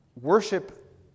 Worship